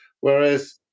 Whereas